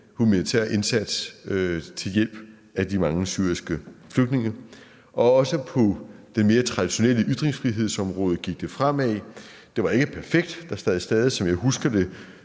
humanitær indsats til hjælp til de mange syriske flygtninge. Også på det mere traditionelle ytringsfrihedsområde gik det fremad. Det var ikke perfekt. Der sad stadig, som jeg husker det,